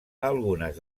algunes